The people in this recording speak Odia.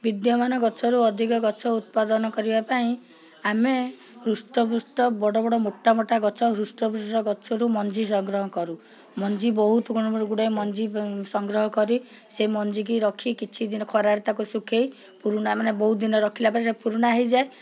ବିଦ୍ୟମାନ ଗଛରୁ ଅଧିକ ଗଛ ଉତ୍ପାଦନ କରିବା ପାଇଁ ଆମେ ହୃଷ୍ଟପୁଷ୍ଟ ବଡ଼ବଡ଼ ମୋଟା ମୋଟା ଗଛ ହୃଷ୍ଟପୁଷ୍ଟ ଗଛରୁ ମଞ୍ଜି ସଂଗ୍ରହ କରୁ ମଞ୍ଜି ବହୁତ ଗୁଡ଼ାଏ ମଞ୍ଜି ସଂଗ୍ରହ କରି ସେ ମଞ୍ଜିକି ରଖି କିଛି ଦିନ ଖରାରେ ତାକୁ ଶୁଖେଇ ପୁରୁଣା ମାନେ ବହୁତ ଦିନ ରଖିଲା ପରେ ସେଇଟା ପୁରୁଣା ହେଇଯାଏ